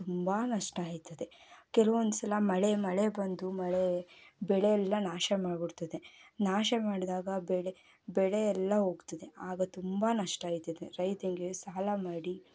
ತುಂಬ ನಷ್ಟ ಆಯ್ತದೆ ಕೆಲವೊಂದು ಸಲ ಮಳೆ ಮಳೆ ಬಂದು ಮಳೆ ಬೆಳೆ ಎಲ್ಲ ನಾಶ ಮಾಡಿಬಿಡ್ತದೆ ನಾಶ ಮಾಡಿದಾಗ ಬೆಳೆ ಬೆಳೆ ಎಲ್ಲ ಹೋಗ್ತದೆ ಆಗ ತುಂಬ ನಷ್ಟ ಆಯ್ತದೆ ರೈತನಿಗೆ ಸಾಲ ಮಾಡಿ